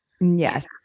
Yes